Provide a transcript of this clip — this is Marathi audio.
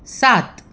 सात